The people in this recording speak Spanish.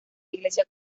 iglesia